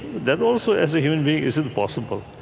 that also as a human being is impossible.